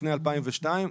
לפני 2002,